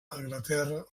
anglaterra